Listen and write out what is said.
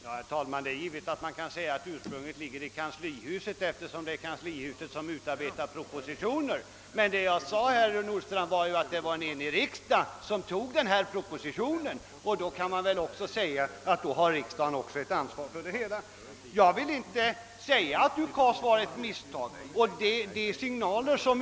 Herr talman! Det är givet att man kan säga att ursprunget ligger i kanslihuset, eftersom det är kanslihuset som utarbetar propositioner. Jag framhöll emellertid att en enig riksdag godkände denna proposition, och därmed kan väl också riksdagen sägas ha ett ansvar för det hela. Jag vill inte påstå att UKAS var ett misstag.